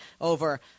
over